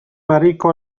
ماريكو